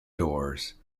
doors